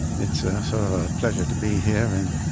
it's a sort of a pleasure to be here in